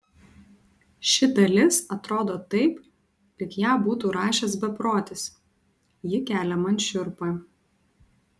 ši dalis atrodo taip lyg ją būtų rašęs beprotis ji kelia man šiurpą